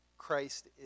Christ